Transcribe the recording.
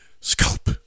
scope